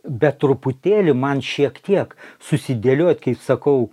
bet truputėlį man šiek tiek susidėliot kaip sakau